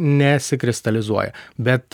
nesikristalizuoja bet